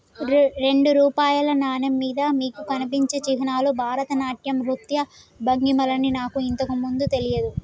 రెండు రూపాయల నాణెం మీద మీకు కనిపించే చిహ్నాలు భరతనాట్యం నృత్య భంగిమలని నాకు ఇంతకు ముందు తెలియదు